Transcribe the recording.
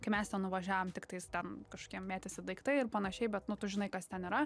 kai mes ten nuvažiavom tiktais ten kažkokie mėtėsi daiktai ir panašiai bet nu tu žinai kas ten yra